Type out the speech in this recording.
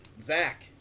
Zach